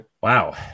Wow